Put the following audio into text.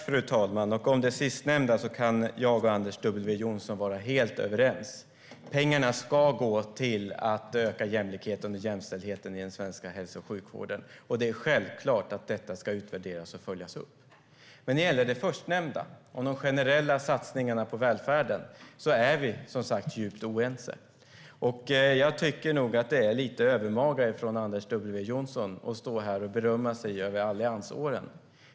Fru talman! Om det sistnämnda kan jag och Anders W Jonsson vara helt överens. Pengarna ska gå till att öka jämlikheten och jämställdheten i den svenska hälso och sjukvården, och det är självklart att detta ska utvärderas och följas upp. När det gäller det förstnämnda, det vill säga de generella satsningarna på välfärden, är vi dock som sagt djupt oense. Jag tycker nog att det är lite övermaga av Anders W Jonsson att stå här och berömma sig för alliansåren.